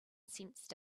sensed